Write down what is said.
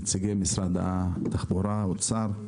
נציגי משרד התחבורה והאוצר.